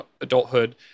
adulthood